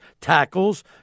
tackles